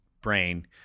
brain